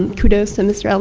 kudos to mr.